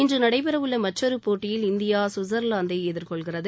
இன்று நடைபெறவுள்ள மற்றொரு போட்டியில் இந்தியா சுவிட்சர்லாந்தை எதிர்கொள்கிறது